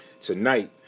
Tonight